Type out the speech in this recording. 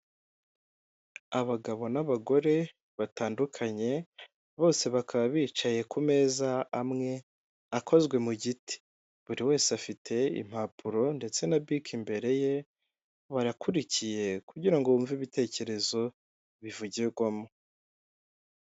Abagenza amaguru mu gihe bambukiranya umuhanda, bakomeje guhabwa agaciro kabo bakambuka nta nkomyi, ibinyabiziga bigahagarara bakambuka neza.